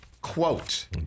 quote